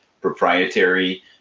proprietary